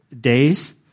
days